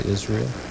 Israel